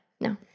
No